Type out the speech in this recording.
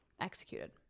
executed